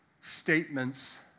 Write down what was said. statements